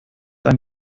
ein